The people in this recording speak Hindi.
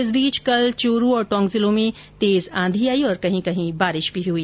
इस बीच कल चुरू और टोंक जिलों में तेज आंधी आई और कहीं कहीं बारिश भी हुई